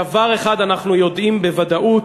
דבר אחד אנחנו יודעים בוודאות,